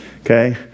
Okay